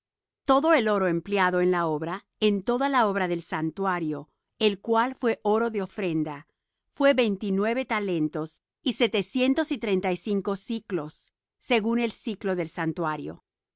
todo el oro empleado en la obra en toda la obra del santuario el cual fué oro de ofrenda fué veintinueve talentos y setecientos y treinta siclos según el siclo del santuario